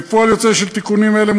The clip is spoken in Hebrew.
כפועל יוצא של תיקונים אלה,